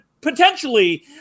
potentially